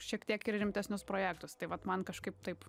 šiek tiek ir rimtesnius projektus tai vat man kažkaip taip